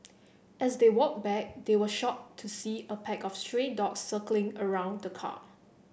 as they walked back they were shocked to see a pack of stray dogs circling around the car